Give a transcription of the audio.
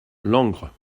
langres